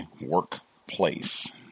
workplace